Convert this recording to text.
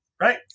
right